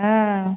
ହଁ